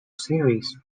series